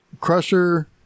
crusher